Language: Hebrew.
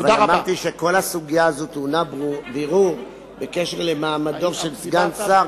אבל אמרתי שכל הסוגיה הזאת טעונה בירור בקשר למעמדו של סגן שר